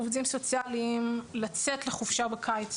עובדים סוציאליים לצאת לחופשה בקיץ.